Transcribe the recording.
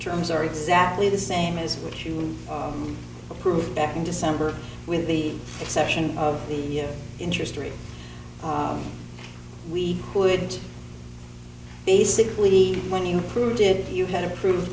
terms are exactly the same as what you approved back in december with the exception of the interest rate we would basically when you prove it you had approved